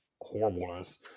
horribleness